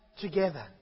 together